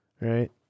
Right